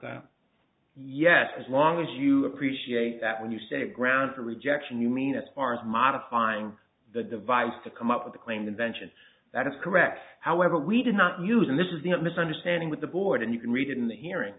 that yes as long as you appreciate that when you say ground for rejection you mean as far as modifying the device to come up with the claimed invention that is correct however we did not use and this is the misunderstanding with the board and you can read it in the hearing